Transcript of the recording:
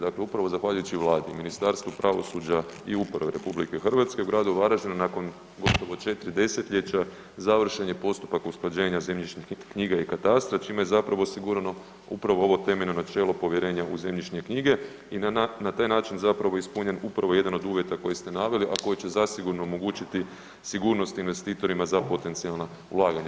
Dakle upravo zahvaljujući Vladi, Ministarstvo pravosuđa i uprave RH u gradu Varaždinu nakon gotovo 4 desetljeća, završen je postupak usklađenja zemljišnih knjiga i katastra čime je zapravo osigurano upravo temeljno načelo povjerenja u zemljišne knjige i na taj je način zapravo ispunjen upravo jedan od uvjeta koji ste naveli, a koji će zasigurno omogućiti sigurnost investitorima za potencijalna ulaganja.